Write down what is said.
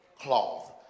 cloth